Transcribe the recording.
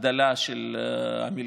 הגדלה של המלגות,